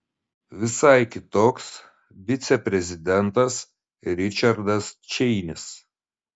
visai kitoks viceprezidentas ričardas čeinis